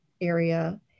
area